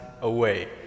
away